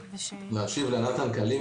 זה המצב היום.